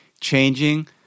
changing